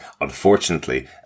unfortunately